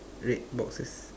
red boxes